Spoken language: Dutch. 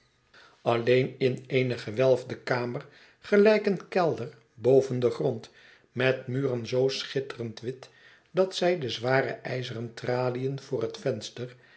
alleen in eene gewelfde kamer gelijk een kelder boven den grond met muren zoo schitterend wit dat zij de zware ijzeren traliën voor het venster